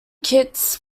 kitts